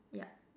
yup